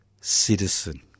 citizen